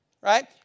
Right